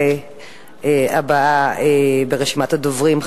הבאה ברשימת הדוברים,